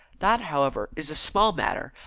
that, however, is a small matter,